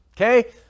Okay